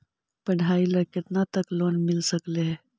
पढाई ल केतना तक लोन मिल सकले हे?